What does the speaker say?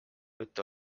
juttu